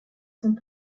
sont